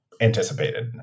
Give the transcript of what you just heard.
anticipated